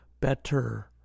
better